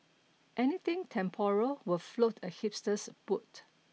anything temporal will float a hipster's boat